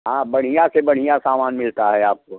हाँ बढ़िया से बढ़िया सामान मिलता है आपको